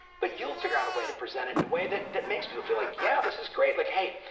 but you'll figure out a way to present it in a way that that makes people feel like, yeah, this is great, like, hey,